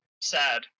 sad